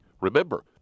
Remember